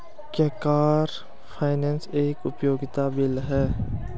क्या car finance एक उपयोगिता बिल है?